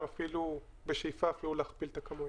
בוא נהיה תכליתיים,